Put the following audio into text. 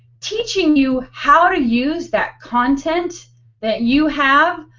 teaching you how to use that content that you have.